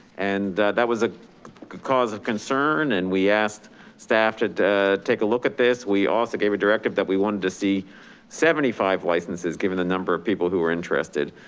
and that was a cause of concern. and we asked staff to take a look at this. we also gave a directive that we wanted to see seventy five licenses given the number of people who were interested.